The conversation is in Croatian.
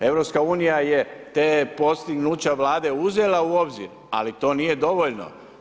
EU je ta postignuća Vlade uzela u obzir ali to nije dovoljno.